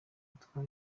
yitwa